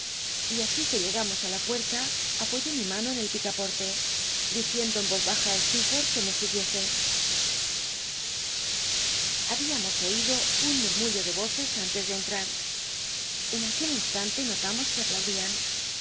y nsi que llegamos á la puerta apoyé mi mano en el picoporte dicienc o en yoz baja li steerforth que me siguiese jlabiamos oído un murmullo de roces antes de cntrat en aquel instante notamos que aplaudían